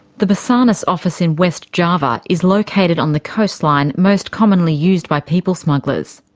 the basarnas office in west java is located on the coastline most commonly used by people smugglers.